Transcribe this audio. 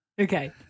Okay